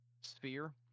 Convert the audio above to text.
sphere